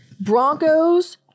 Broncos